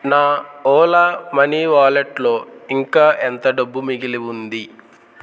నా ఓలా మనీ వాలెట్లో ఇంకా ఎంత డబ్బు మిగిలి ఉంది